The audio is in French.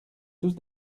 tous